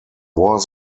was